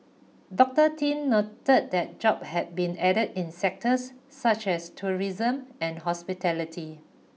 Doctor Tin noted that job had been added in sectors such as tourism and hospitality